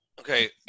okay